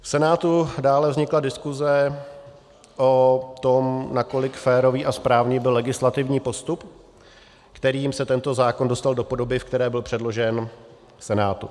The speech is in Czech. V Senátu dále vznikla diskuse o tom, nakolik férový a správný byl legislativní postup, kterým se tento zákon dostal do podoby, v které byl předložen Senátu.